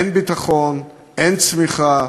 אין ביטחון, אין צמיחה,